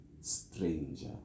stranger